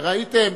וראיתם,